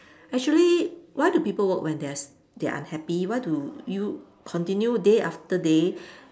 actually why do people work when they s~ they're unhappy why do you continue day after day